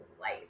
life